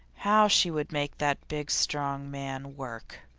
how she would make that big, strong man work!